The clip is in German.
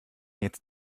jetzt